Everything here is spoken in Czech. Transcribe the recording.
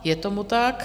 Je tomu tak.